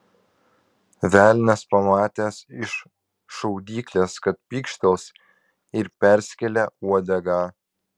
velnias pamatęs iš šaudyklės kad pykštels ir perskėlė uodegą